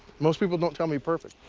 most people don't tell me perfect.